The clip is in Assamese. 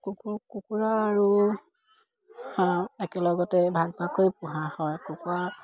কুকুৰা আৰু হাঁহ একেলগতে ভাগ ভাগকৈ পোহা হয় কুকুৰা